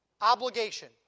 obligation